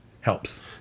helps